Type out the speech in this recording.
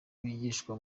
bigishwa